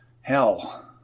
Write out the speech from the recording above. hell